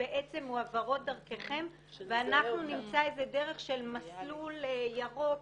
מועברות דרככם ואנחנו נמצא איזו דרך של מסלול ירוק,